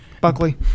Buckley